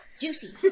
Juicy